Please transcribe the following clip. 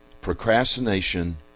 procrastination